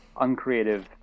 uncreative